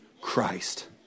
Christ